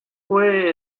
fue